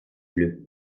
bleu